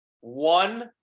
one